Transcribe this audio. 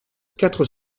quatre